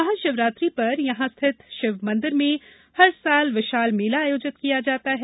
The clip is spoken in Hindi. महाशिवरात्रि पर यहां स्थित शिवमंदिर में प्रतिवर्ष विशाल मेला आयोजित किया जाता है